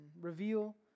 Reveal